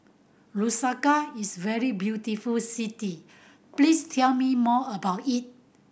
Lusaka is a very beautiful city please tell me more about it